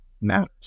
matters